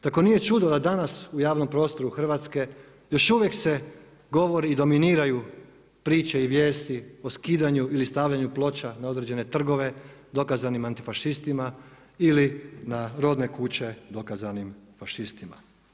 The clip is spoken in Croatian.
Tako nije čudo da danas u javnom prostoru Hrvatske još uvijek se govori i dominiraju priče i vijesti o skidanju ili stavljanju ploča ne određene trgove dokazanim antifašistima ili na rodne kuće dokazanim fašistima.